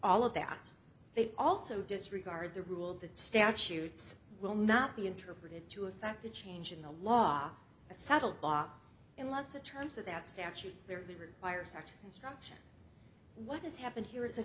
all of that they also disregard the rule that statutes will not be interpreted to effect a change in the law a subtle body unless the terms of that statute there really requires art instruction what has happened here is a